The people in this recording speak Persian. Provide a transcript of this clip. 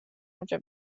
اونجا